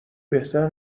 بهتر